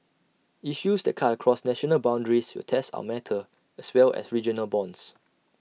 issues that cut across national boundaries will test our mettle as well as regional bonds